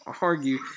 argue